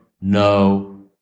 no